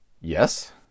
Yes